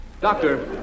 Doctor